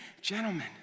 gentlemen